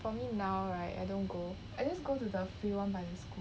for me now right I don't go I just go to the free [one] by school